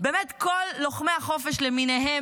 באמת כל לוחמי החופש למיניהם,